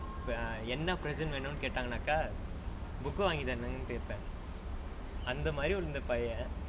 என்ன:enna present வேணும்னு கேட்டா:venumnu kettaa book வாங்கி கொடுங்க கேப்பேன் அந்த மாரி இருந்த பயன்:vaangi kodunga ketpaen antha maari iruntha payan